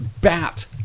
bat